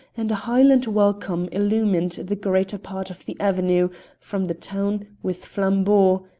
and a highland welcome illumined the greater part of the avenue from the town with flambeaux,